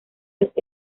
los